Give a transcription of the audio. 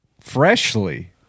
freshly